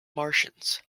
martians